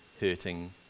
hurting